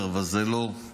אבל זה לא כרגע.